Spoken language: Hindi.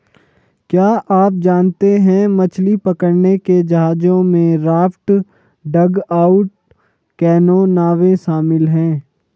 क्या आप जानते है मछली पकड़ने के जहाजों में राफ्ट, डगआउट कैनो, नावें शामिल है?